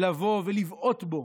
לבוא ולבעוט בו